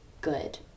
good